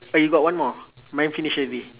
oh you got one more mine finish already